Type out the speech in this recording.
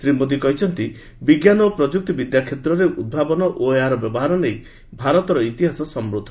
ଶ୍ରୀ ମୋଦି କହିଛନ୍ତି ବିଜ୍ଞାନ ଓ ପ୍ରଯୁକ୍ତି ବିଦ୍ୟା କ୍ଷେତ୍ରରେ ଉଦ୍ଭାବନ ଓ ଏହାର ବ୍ୟବହାର ନେଇ ଭାରତର ଇତିହାସ ସମୃଦ୍ଧ